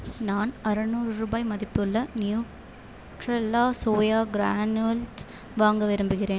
நான் அறநூறு ரூபாய் மதிப்புள்ள நியூட்ரெலா சோயா க்ரானியூல்ஸ் வாங்க விரும்புகிறேன்